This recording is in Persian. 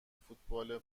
فوتبال